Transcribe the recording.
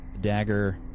dagger